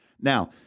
Now